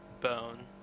bone